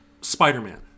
Spider-Man